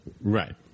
Right